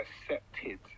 accepted